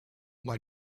why